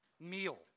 meal